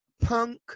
punk